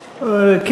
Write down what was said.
תודה.